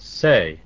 say